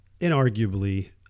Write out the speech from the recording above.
inarguably